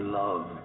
love